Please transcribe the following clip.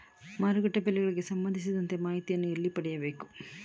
ಮಾರುಕಟ್ಟೆ ಬೆಲೆಗಳಿಗೆ ಸಂಬಂಧಿಸಿದಂತೆ ಮಾಹಿತಿಯನ್ನು ಎಲ್ಲಿ ಪಡೆಯಬೇಕು?